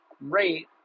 rate